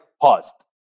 paused